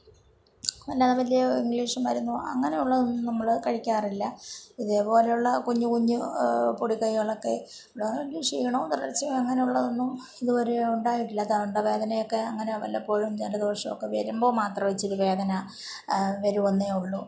അല്ലാതെ വലിയ ഇംഗ്ലീഷ് മരുന്നും അങ്ങനെ ഉള്ളതൊന്നും നമ്മൾ കഴിക്കാറില്ല ഇതേപോലെയുള്ള കുഞ്ഞു കുഞ്ഞു പൊടിക്കൈകളൊക്കെ ക്ഷീണവും തളർച്ചയും അങ്ങനെയുള്ളതൊന്നും ഇതുവരെ ഉണ്ടായിട്ടില്ല തൊണ്ടവേദന ഒക്കെ അങ്ങനെ വല്ലപ്പോഴും ജലദോഷം ഒക്കെ വരുമ്പോൾ മാത്രമേ ഇത്തിരി വേദന വരുമെന്നേ ഉള്ളൂ